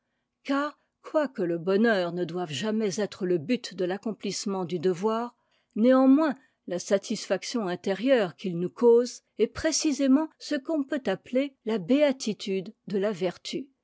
car quoique le bonheur ne doive jamais être le but de l'accomplissement du devoir néanmoins la satisfaction intérieure qu'il nous cause est précisément ce qu'on peut appeler la béatitude de la vertu